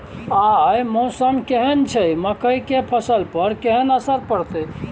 आय मौसम केहन छै मकई के फसल पर केहन असर परतै?